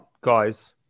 guys